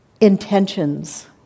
intentions